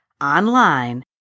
online